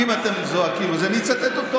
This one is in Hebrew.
אם אתם זועקים אז אני אצטט אותו,